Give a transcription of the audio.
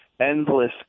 endless